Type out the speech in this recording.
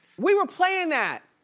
we were playin' that,